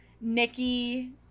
Nikki